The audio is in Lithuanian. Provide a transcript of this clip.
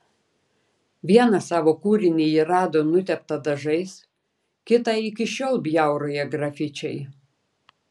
vieną savo kūrinį ji rado nuteptą dažais kitą iki šiol bjauroja grafičiai